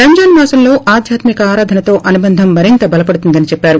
రంజాన్ మాసంలో ఆధ్యాత్మిక ఆరాధనతో అనుబంధం మరింత బలపడుతుందని చెప్పారు